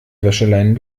wäscheleinen